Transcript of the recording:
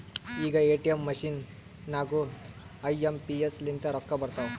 ಈಗ ATM machine ನಾಗೂ I M P S ಲಿಂತೆ ರೊಕ್ಕಾ ಬರ್ತಾವ್